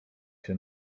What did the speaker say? się